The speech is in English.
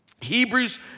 Hebrews